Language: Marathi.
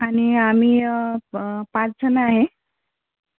आणि आम्ही पाच जण आहे